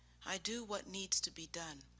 i do what needs to be done.